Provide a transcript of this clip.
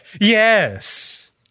Yes